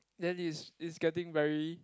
then it's it's getting very